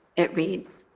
it reads,